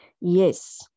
Yes